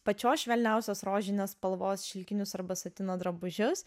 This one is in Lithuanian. pačios švelniausios rožinės spalvos šilkinius arba satino drabužius